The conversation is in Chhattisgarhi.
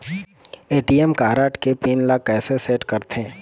ए.टी.एम कारड के पिन ला कैसे सेट करथे?